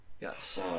Yes